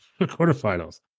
quarterfinals